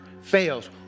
fails